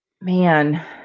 Man